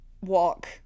walk